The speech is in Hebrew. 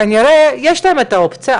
כנראה שלמרות שיש להם את האופציה,